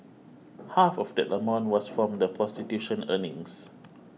half of that amount was from the prostitution earnings